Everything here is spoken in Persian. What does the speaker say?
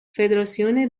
فدراسیون